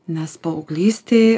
nes paauglystėj